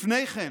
לפני כן,